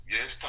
Yes